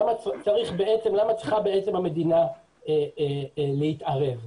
למה צריכה המדינה להתערב.